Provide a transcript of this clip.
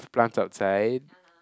plants outside